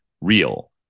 real